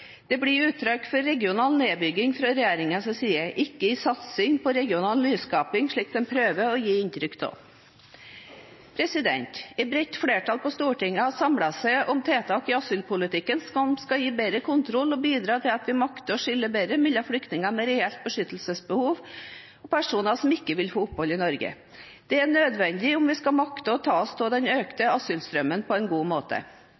Det blir et uttrykk for regional nedbygging fra regjeringens side, ikke for satsing på regional nyskaping slik de prøver å gi inntrykk av. Et bredt flertall på Stortinget har samlet seg om tiltak i asylpolitikken som skal gi oss bedre kontroll og bidra til at vi makter å skille bedre mellom flyktninger med reelt beskyttelsesbehov og personer som ikke vil få opphold i Norge. Dette er nødvendig om vi skal makte å ta oss av den økte asylstrømmen på en god måte.